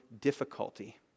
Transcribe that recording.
difficulty